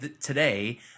today